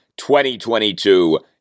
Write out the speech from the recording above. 2022